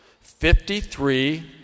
Fifty-three